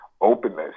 openness